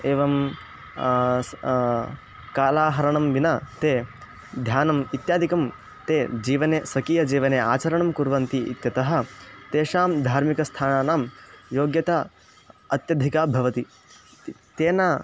एवं कालाहरणं विना ते ध्यानम् इत्यादिकं ते जीवने स्वकीयजीवने आचरणं कुर्वन्ति इत्यतः तेषां धार्मिकस्थानानां योग्यता अत्यधिका भवति तेन